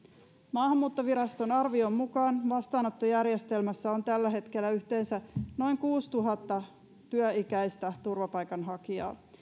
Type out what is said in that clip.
maahanmuuttoviraston arvion mukaan vastaanottojärjestelmässä on tällä hetkellä yhteensä noin kuusituhatta työikäistä turvapaikanhakijaa